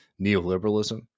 neoliberalism